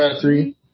three